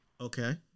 Okay